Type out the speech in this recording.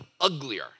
uglier